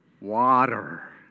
water